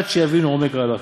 עד שיבינו עומק ההלכה.